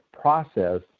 process